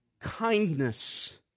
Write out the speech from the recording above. Kindness